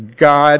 God